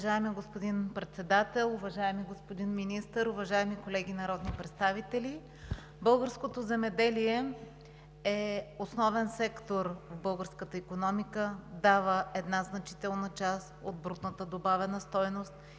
Българското земеделие е основен сектор в българската икономика, дава една значителна част от брутната добавена стойност и е основен